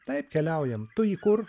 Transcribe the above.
taip keliaujam tu į kur